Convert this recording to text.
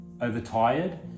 overtired